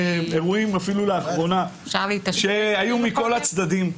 אירועים, אפילו לאחרונה, שהיו מכל הצדדים,